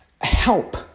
help